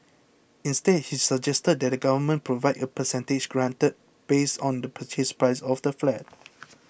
instead he suggested that the Government Provide a percentage grant based on the Purchase Price of the flat